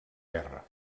guerra